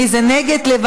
מי שנגד,